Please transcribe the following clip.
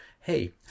hey